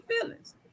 feelings